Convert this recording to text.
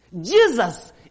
Jesus